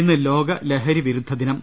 ഇന്ന് ലോക ലഹരിവിരുദ്ധ ദിനം